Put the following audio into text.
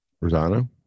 Rosanna